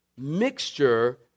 mixture